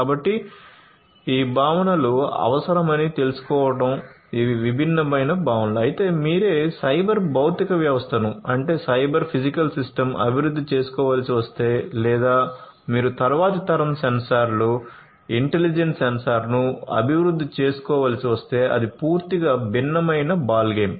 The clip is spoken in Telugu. కాబట్టి ఈ భావనలు ఇంటెలిజెంట్ సెన్సార్ను అభివృద్ధి చేసుకోవలసి వస్తే అది పూర్తిగా భిన్నమైన బాల్గేమ్